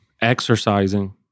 exercising